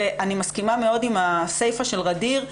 אני מסכימה מאוד עם הסיפה של ע'דיר,